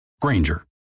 Granger